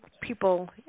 people